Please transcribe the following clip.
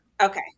Okay